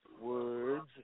words